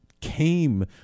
came